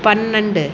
பன்னெண்டு